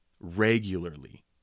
regularly